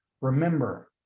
Remember